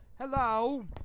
Hello